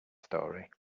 story